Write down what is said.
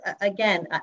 again